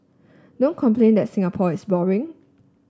don't complain that Singapore is boring